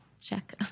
check